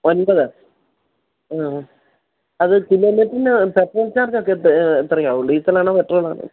ഒമ്പത് ആ ആ അത് കിലോമീറ്ററിന് പെട്രോൾ ചാർജൊക്കെ എത്രയാകും ഡീസൽ ആണോ പെട്രോൾ ആണോ